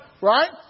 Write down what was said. right